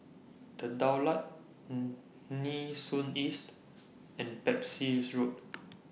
The Daulat Nee Soon East and Pepys Road